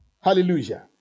Hallelujah